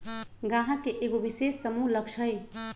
गाहक के एगो विशेष समूह लक्ष हई